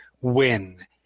win